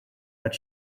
but